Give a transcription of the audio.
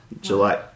July